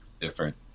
different